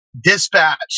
dispatch